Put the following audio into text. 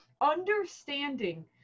understanding